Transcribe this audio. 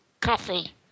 coffee